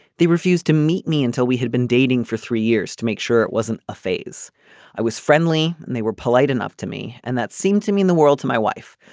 they refused to meet me until we had been dating for three years to make sure it wasn't a phase i was friendly and they were polite enough to me and that seemed to mean the world to my wife.